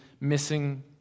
missing